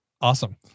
Awesome